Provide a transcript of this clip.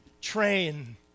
train